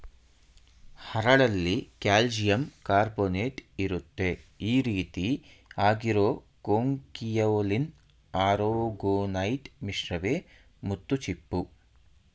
ಹರಳಲ್ಲಿ ಕಾಲ್ಶಿಯಂಕಾರ್ಬೊನೇಟ್ಇರುತ್ತೆ ಈರೀತಿ ಆಗಿರೋ ಕೊಂಕಿಯೊಲಿನ್ ಆರೊಗೊನೈಟ್ ಮಿಶ್ರವೇ ಮುತ್ತುಚಿಪ್ಪು